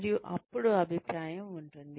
మరియు అప్పుడు అభిప్రాయం ఉంటుంది